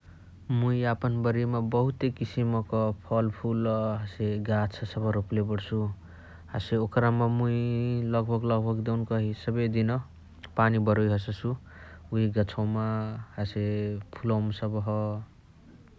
मुइ यापन बारीयामा बहुते किसिमक फल्फुल हसे गाछ सबह रोपले बणसु । हसे ओकरमा मुइ लगभग लगभग देउनकही सबेदिन पानी बरोइ हससु उहे गछवमा हसे फुलवमा सबह ।